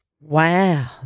Wow